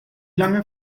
lange